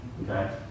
Okay